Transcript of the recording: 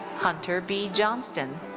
hunter b. johnston.